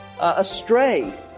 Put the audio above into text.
astray